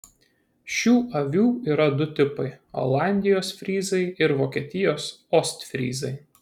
šių avių yra du tipai olandijos fryzai ir vokietijos ostfryzai